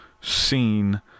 seen